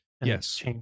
Yes